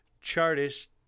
Chartist